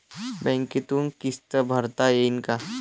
बँकेतून किस्त भरता येईन का?